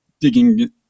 digging